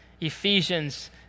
Ephesians